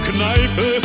Kneipe